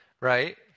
right